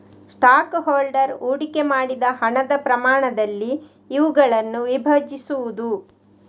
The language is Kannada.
ಸ್ಟಾಕ್ ಹೋಲ್ಡರ್ ಹೂಡಿಕೆ ಮಾಡಿದ ಹಣದ ಪ್ರಮಾಣದಲ್ಲಿ ಇವುಗಳನ್ನು ವಿಭಜಿಸುವುದು